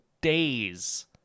days